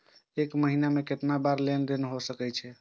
एक महीना में केतना बार लेन देन कर सके छी?